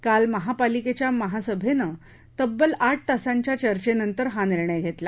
काल महापालिकेच्या महासभेनं तब्बल आठ तासाच्या चर्चेनतर हा निर्णय घेतला